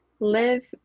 live